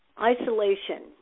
Isolation